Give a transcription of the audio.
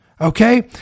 Okay